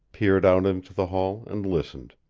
peered out into the hall and listened.